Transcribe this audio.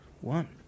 one